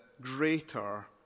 greater